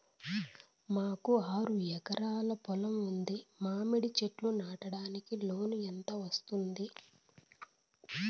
మాకు ఆరు ఎకరాలు పొలం ఉంది, మామిడి చెట్లు నాటడానికి లోను ఎంత వస్తుంది?